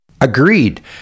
Agreed